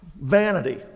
vanity